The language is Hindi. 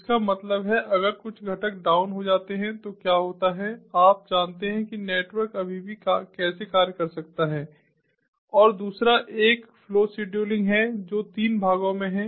इसका मतलब है अगर कुछ घटक डाउन हो जाते है तो क्या होता है आप जानते हैं कि नेटवर्क अभी भी कैसे कार्य कर सकता है और दूसरा एक फ्लो शेड्यूलिंग है जो तीन भागों में है